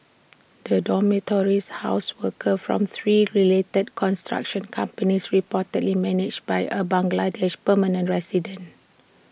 the dormitories housed workers from three related construction companies reportedly managed by A Bangladeshi permanent resident